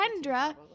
Kendra